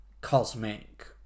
cosmic